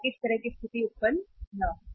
ताकि इस तरह की स्थिति उत्पन्न न हो